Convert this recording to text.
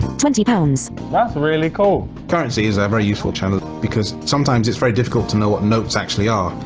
twenty pounds that's really cool currency is a very useful channel because sometimes it's very difficult to know what notes actually are,